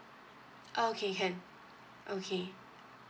okay can okay